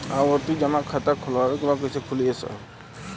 आवर्ती जमा खाता खोलवावे के बा कईसे खुली ए साहब?